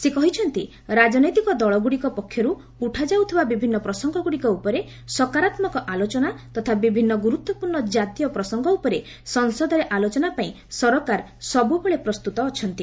ସେ କହିଛନ୍ତି ରାଜନୈତିକ ଦଳଗୁଡ଼ିକ ପକ୍ଷରୁ ଉଠାଯାଉଥିବା ବିଭିନ୍ନ ପ୍ରସଙ୍ଗଗୁଡ଼ିକ ଉପରେ ସକାରାତ୍ମକ ଆଲୋଚନା ତଥା ବିଭିନ୍ନ ଗୁରୁତ୍ୱପୂର୍ଣ୍ଣ ଜାତୀୟ ପ୍ରସଙ୍ଗ ଉପରେ ସଂସଦରେ ଆଲୋଚନା ପାଇଁ ସରକାର ସବୁବେଳେ ପ୍ରସ୍ତୁତ ଅଛନ୍ତି